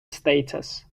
status